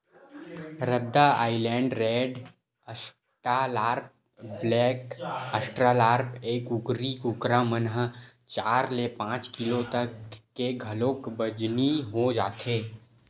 रद्दा island red, Australorp, black Australorp, ए कुकरी कुकरा मन ह चार ले पांच किलो तक के घलोक बजनी हो जाथे